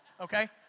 Okay